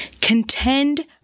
contend